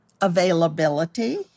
availability